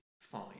fine